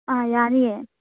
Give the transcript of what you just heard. ꯌꯥꯅꯤꯌꯦ